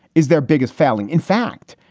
is their biggest failing. in fact,